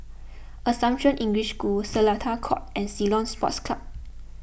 Assumption English School Seletar Court and Ceylon Sports Club